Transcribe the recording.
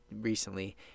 recently